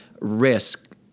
risk